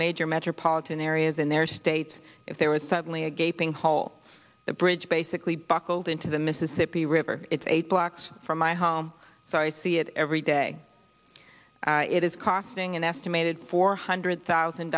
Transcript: major metropolitan areas in their states if there was suddenly a gaping hole the bridge basically buckled into the mississippi river it's eight blocks from my home so i see it every day it is costing an estimated four hundred thousand